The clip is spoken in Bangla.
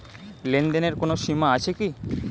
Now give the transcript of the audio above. লেনদেনের কোনো সীমা আছে কি?